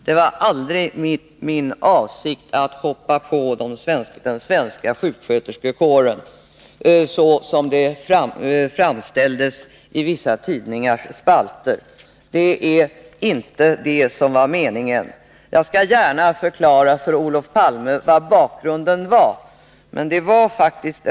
Det var aldrig min avsikt att hoppa på den svenska sjuksköterskekåren, såsom det har framställts i vissa tidningars spalter. Det var inte meningen med uttalandet. Jag skall gärna förklara för Olof Palme vad bakgrunden var.